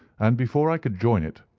and before i could join it,